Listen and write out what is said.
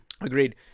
Agreed